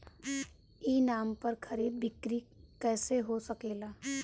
ई नाम पर खरीद बिक्री कैसे हो सकेला?